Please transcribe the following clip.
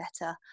better